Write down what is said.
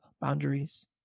boundaries